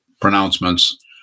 pronouncements